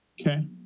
Okay